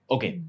Okay